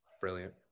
Brilliant